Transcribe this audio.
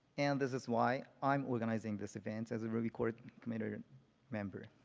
and this is why i'm organizing this event as a ruby core commander member.